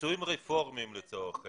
נישואים רפורמיים, לצורך העניין,